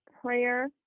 prayer